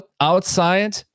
outside